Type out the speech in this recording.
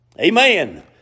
Amen